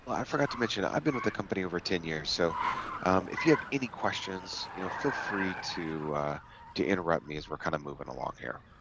i forgot to mention i've been with the company over ten years so if you have any questions you know feel free to to interrupt me as we're kind of moving along here